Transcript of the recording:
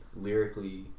Lyrically